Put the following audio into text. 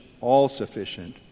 all-sufficient